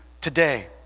today